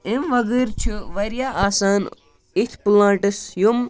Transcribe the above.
امہِ وَغٲر چھِ واریاہ آسان یِتھ پلانٹٕس یِم